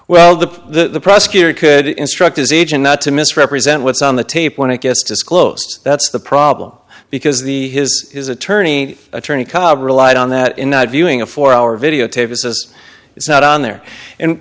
well the prosecutor could instruct his agent not to misrepresent what's on the tape when it gets disclosed that's the problem because the his his attorney attorney cod relied on that in not viewing a four hour videotape as it's not on there and